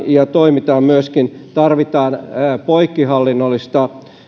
ja myöskin tarvitaan poikkihallinnollista